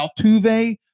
Altuve